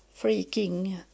freaking